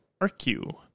RQ